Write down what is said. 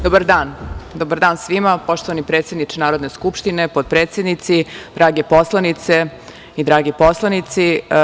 Dobar dan svima, poštovani predsedniče Narodne skupštine, potpredsednici, drage poslanice i dragi poslanici.